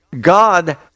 God